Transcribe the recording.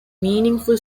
meaningful